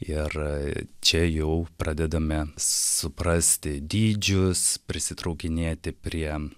ir a čia jau pradedame suprasti dydžius prisitraukinėti prie